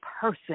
person